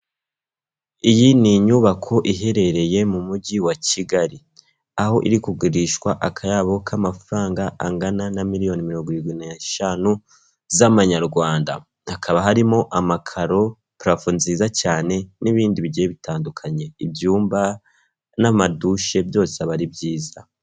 Iyi ni inyubako iherereye mu mujyi wa Kigali aho iri kugurishwa akayabo k'amafaranga angana na miliyoni mirongo irindwi n'eshanu z'amanyarwanda hakaba harimo amakaro trafo nziza cyane n'ibindi bigiye bitandukanye ibyumba n'amaduche byose aba ari byiza.